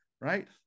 right